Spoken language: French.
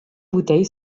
bouteille